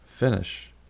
finish